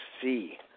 see